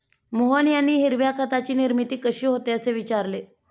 मोहन यांनी हिरव्या खताची निर्मिती कशी होते, असे विचारले